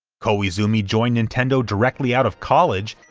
koizumi joined nintendo directly out of college,